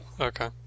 okay